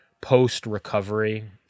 post-recovery